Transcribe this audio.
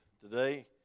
today